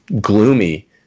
gloomy